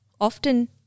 often